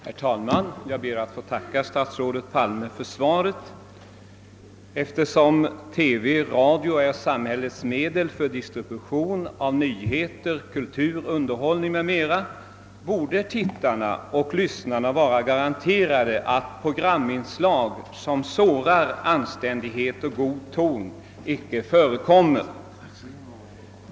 Herr talman! Jag ber att få tacka statsrådet Palme för svaret på min fråga. Eftersom TV och radio är samhällets medel för distribution av nyheter, kultur, underhållning m.m. borde tittarna och lyssnarna vara garanterade att programinslag som sårar anständighet och god ton icke förekommer.